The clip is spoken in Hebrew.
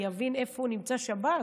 יראה בעצמו ויבין איפה נמצא שב"ס.